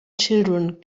children